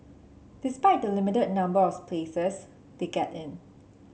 despite the limited number of places they get in